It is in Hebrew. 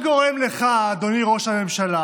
אדוני ראש הממשלה